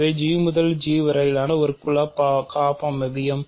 இவை G முதல் G வரையிலான குல காப்பமைவியங்கள்